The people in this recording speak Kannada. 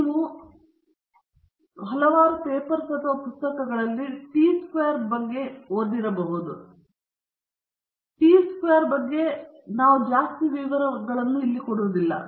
ನೀವು ಹಲವಾರು ಪೇಪರ್ಸ್ ಅಥವಾ ಪುಸ್ತಕಗಳಲ್ಲಿ ಟಿ ವಿತರಣೆಗಳಲ್ಲಿ ಸಹ ಕಾಣಬಹುದಾಗಿದೆ ನಾವು ಟಿ ವಿತರಣೆಯ ಬಗ್ಗೆ ಎಲ್ಲಾ ವಿವರಗಳಿಗೆ ಬರುವುದಿಲ್ಲ